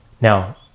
now